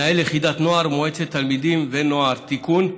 (מנהל יחידת נוער ומועצת תלמידים ונוער) (תיקון),